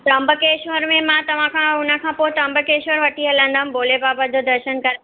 त्र्यम्बकेश्वर में मां तव्हां खां हुन खां पोइ त्र्यम्बकेश्वर वठी हलंदमि भोले बाबा जो दर्शन करणु